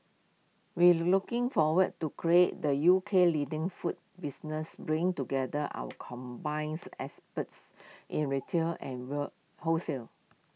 we looking forward to creating the U K leading food business bringing together our combines experts in retail and whale wholesale